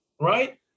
right